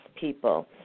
people